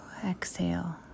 exhale